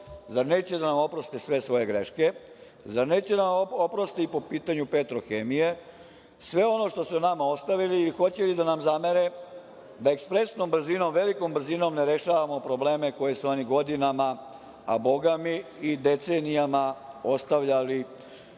zar neće da nam oproste sve svoje greške, zar neće da nam oproste i po pitanju „Petrohemije“ sve ono što su nama ostavili, hoće li da nam zamere da ekspresnom brzinom, velikom brzinom ne rešavamo probleme koji su oni godinama, a Boga mi i decenijama ostavljali